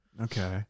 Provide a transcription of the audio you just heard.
Okay